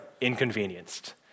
inconvenienced